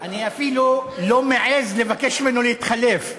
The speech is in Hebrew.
אני אפילו לא מעז לבקש ממנו להתחלף.